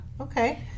Okay